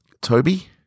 Toby